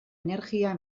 energia